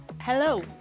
Hello